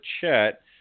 chat